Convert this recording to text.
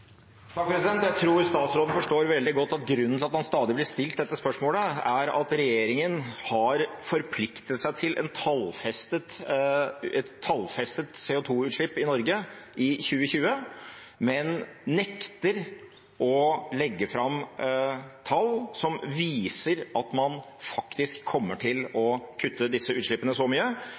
Jeg tror statsråden forstår veldig godt at grunnen til at man stadig blir stilt dette spørsmålet, er at regjeringen har forpliktet seg til et tallfestet CO 2 -utslipp i Norge i 2020, men nekter å legge fram tall som viser at man faktisk kommer til å kutte disse utslippene så mye.